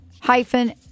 hyphen